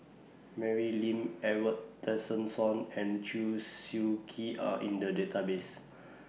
Mary Lim Edwin Tessensohn and Chew Swee Kee Are in The Database